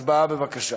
הצבעה, בבקשה.